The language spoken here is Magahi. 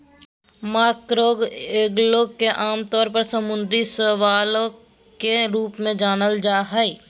मैक्रोएल्गे के आमतौर पर समुद्री शैवाल के रूप में जानल जा हइ